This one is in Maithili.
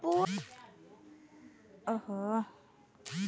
संपूर्ण लाभ कें कुल लाभक रूप मे सेहो परिभाषित कैल जाइ छै